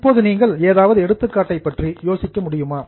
இப்போது நீங்கள் ஏதாவது எடுத்துக்காட்டை பற்றி யோசிக்க முடியுமா